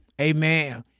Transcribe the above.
Amen